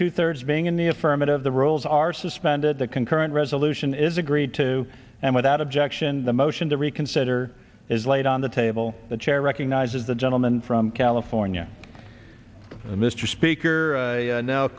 two thirds being in the affirmative the rules are suspended the concurrent resolution is agreed to and without objection the motion to reconsider is laid on the table the chair recognizes the gentleman from california mr speaker and now